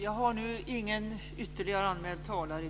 Fru talman!